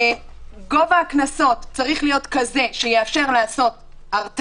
גובה הקנסות צריך להיות כזה שיאפשר להרתיע.